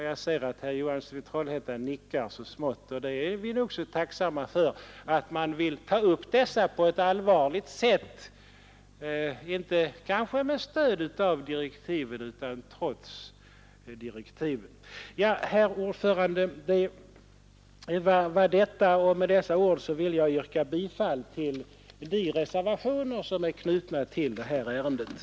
Jag ser att herr Johansson i Trollhättan nickar, och vi är nog så tacksamma för att man vill ta upp detta på ett allvarligt sätt, kanske inte med stöd av direktiven utan trots direktiven. Herr talman! Med dessa ord vill jag yrka bifall till de reservationer som är knutna till detta betänkande.